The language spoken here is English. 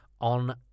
on